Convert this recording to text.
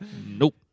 Nope